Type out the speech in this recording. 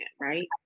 right